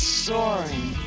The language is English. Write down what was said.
soaring